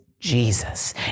Jesus